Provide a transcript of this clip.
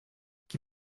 qui